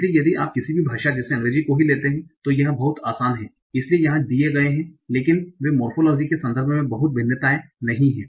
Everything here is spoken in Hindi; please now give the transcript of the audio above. इसलिए यदि आप किसी भी भाषा जैसे अंग्रेजी को ही लेते हैं तो यह बहुत आसान है इसलिए जहां दिए गए हैं लेकिन वे मोरफोलोजी के संदर्भ में बहुत भिन्नताएं नहीं हैं